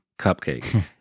cupcake